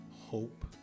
hope